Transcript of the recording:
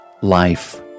Life